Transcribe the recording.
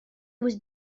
was